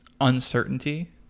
uncertainty